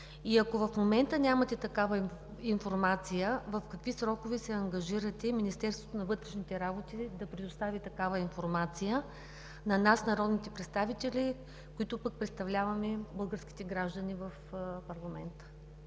И ако в момента нямате такава информация, в какви срокове се ангажирате Министерството на вътрешните работи да предостави такава информация на нас, народните представители, които пък представляваме българските граждани в парламента?